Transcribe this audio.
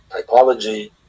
typology